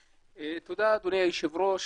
תודה, אדוני היושב ראש.